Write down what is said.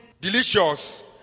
delicious